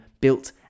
built